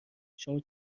شما